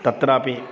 तत्रापि